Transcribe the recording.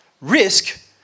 Risk